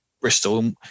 Bristol